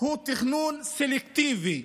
הוא תכנון סלקטיבי,